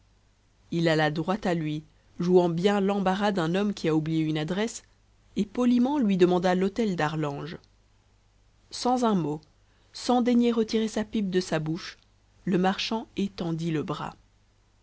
il alla droit à lui jouant bien l'embarras d'un homme qui a oublié une adresse et poliment lui demanda l'hôtel d'arlange sans un mot sans daigner retirer sa pipe de sa bouche le marchand étendit le bras